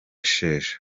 sheja